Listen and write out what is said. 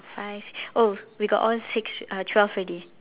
five six oh we got all six uh twelve already